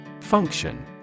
Function